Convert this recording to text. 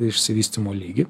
išsivystymo lygį